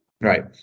right